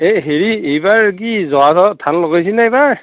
এই হেৰি এইবাৰ কি জহাধানৰ ধান লগাইছে নে এইবাৰ